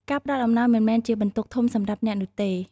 ការផ្ដល់អំណោយមិនមែនជាបន្ទុកធំសម្រាប់អ្នកនោះទេ។